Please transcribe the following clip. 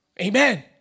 Amen